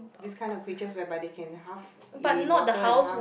this kind of creatures whereby they can half be in water and half